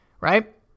right